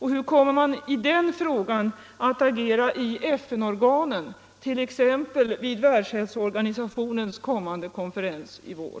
Hur kommer man i den frågan att agera i FN-organen, t.ex. vid Världshälsoorganisationens konferens i vår?